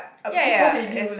ya ya ya as